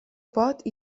pot